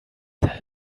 that